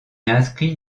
inscrit